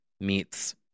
meets